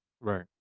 Right